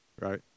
right